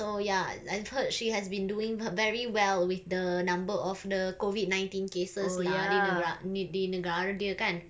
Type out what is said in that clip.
so ya I heard she has been doing her very well with the number of the COVID nineteen cases lah di nera~ ni~ di negara dia kan